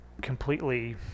completely